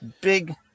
big